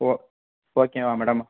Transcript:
ஓ ஓகேவா மேடம்